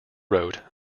wrote